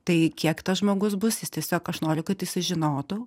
tai kiek tas žmogus bus jis tiesiog aš noriu kad jis žinotų